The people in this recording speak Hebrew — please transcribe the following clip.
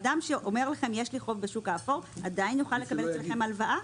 אדם שאומר לכם שיש לו חוב בשוק האפור עדיין יוכל לקבל אצלכם הלוואה?